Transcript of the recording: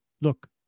Look